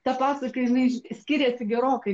ta pasaka jinai skiriasi gerokai